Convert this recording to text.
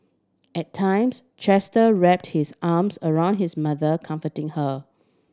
at times Chester wrapped his arms around his mother comforting her